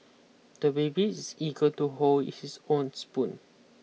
the baby is eager to hold his own spoon